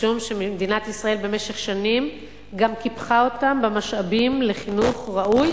משום שמדינת ישראל במשך שנים גם קיפחה אותם במשאבים לחינוך ראוי